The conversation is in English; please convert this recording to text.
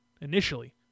Initially